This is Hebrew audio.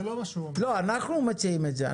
אנחנו מציעים את זה,